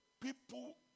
people